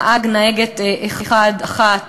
נהג/נהגת אחד/אחת,